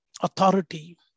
authority